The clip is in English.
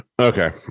Okay